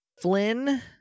flynn